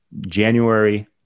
January